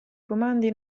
comandi